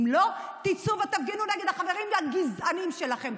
אם לא, תצאו ותפגינו נגד החברים הגזענים שלכם.